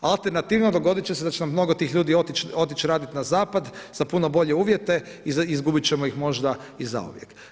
Alternativno dogodit će se da će nam mnogo tih ljudi otić radit na zapad za puno bolje uvjete i izgubit ćemo ih možda i zauvijek.